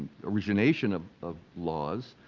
origination of of laws,